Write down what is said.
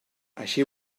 així